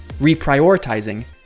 reprioritizing